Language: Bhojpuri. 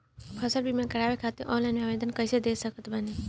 फसल बीमा करवाए खातिर ऑनलाइन आवेदन कइसे दे सकत बानी?